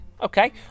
Okay